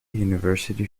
university